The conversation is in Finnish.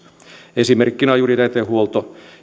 esimerkkinä on juuri jätehuolto